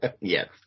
Yes